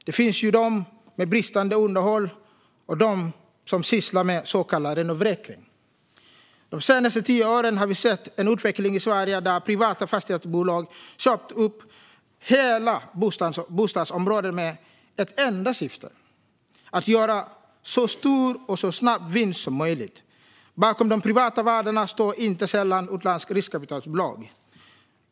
Det finns de med bristande underhåll och de som sysslar med så kallad renovräkning. De senaste tio åren har vi sett en utveckling i Sverige där privata fastighetsbolag köpt upp hela bostadsområden med ett enda syfte, att göra en så stor och så snabb vinst som möjligt. Bakom de privata värdarna står inte sällan utländska riskkapitalbolag.